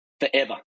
forever